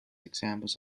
examples